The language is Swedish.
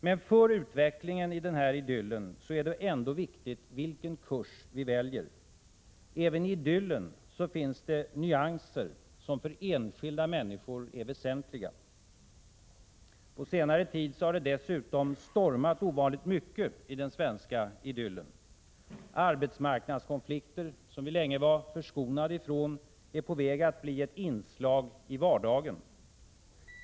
Men för utvecklingen i denna idyll är det ändå viktigt vilken kurs vi väljer. Även i idyllen finns det nyanser som för enskilda människor är väsentliga. På senare tid har det dessutom stormat ovanligt mycket i den svenska idyllen. Arbetsmarknadskonflikter, som vi länge var förskonade från, är på väg att bli ett inslag i vardagen.